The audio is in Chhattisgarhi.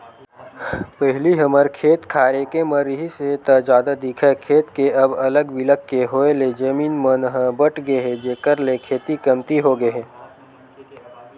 पहिली हमर खेत खार एके म रिहिस हे ता जादा दिखय खेत के अब अलग बिलग के होय ले जमीन मन ह बटगे हे जेखर ले खेती कमती होगे हे